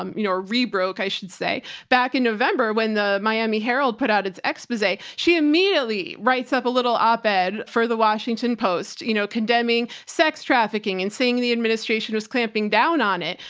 um you know, rebroke i should say back in november when the miami herald put out its expose, she immediately writes up a little op ed for the washington post, you know, condemning sex trafficking and seeing the administration was clamping down on it.